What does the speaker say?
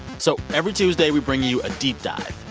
so every tuesday, we bring you a deep dive.